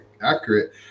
accurate